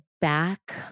back